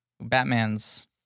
Batman's